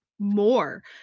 more